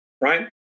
right